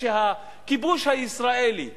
כשהכיבוש הישראלי רוצה,